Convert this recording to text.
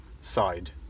side